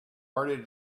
already